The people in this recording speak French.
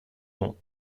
non